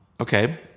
Okay